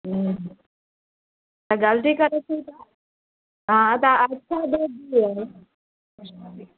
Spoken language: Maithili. हूँ गलती करै छी तऽ हाँ तऽ अच्छा दूध दियौ